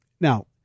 Now